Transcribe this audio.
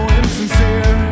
insincere